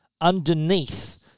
underneath